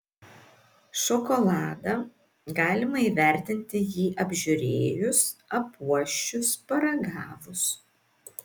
šokoladą galima įvertinti jį apžiūrėjus apuosčius paragavus